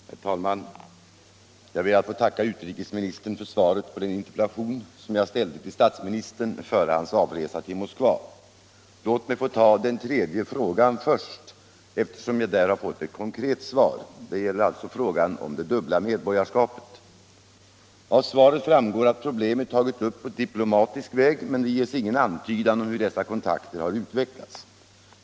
Herr talman! Jag ber att få tacka utrikesministern för svaret på den interpellation som jag ställde till statsministern före hans avresa till Moskva. Låt mig få ta den tredje frågan först, eftersom jag där har fått ett konkret svar. Det gäller alltså frågan om det dubbla medborgarskapet. Av svaret framgår att problemet tagits upp på diplomatisk väg, men det ges ingen antydan om hur dessa kontakter utvecklats.